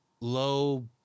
Low